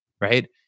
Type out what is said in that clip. right